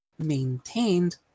maintained